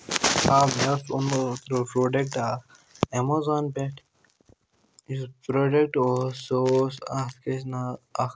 آ مےٚ اوس اوٚنمُت ترٛوو پروڈَکٹ اَکھ ایمیزان پٮ۪ٹھ یُس پروڈَکٹ اوس سُہ اوس اَتھ کیاہ ناو اَکھ